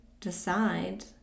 decide